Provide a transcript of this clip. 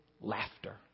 laughter